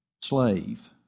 slave